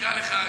אקרא לך כרצוני.